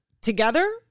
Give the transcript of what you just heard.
together